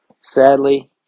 Sadly